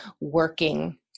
working